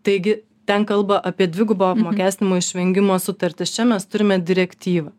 taigi ten kalba apie dvigubo apmokestinimo išvengimo sutartis čia mes turime direktyvą